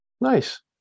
Nice